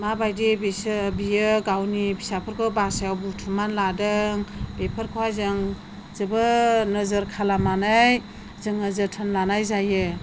माबायदि बियो गावनि फिसाफोरखौ बासायाव बुथुमना लादों बेफोरखौहाय जों जोबोद नोजोर खालामनानै जोङो जोथोन लानाय जायो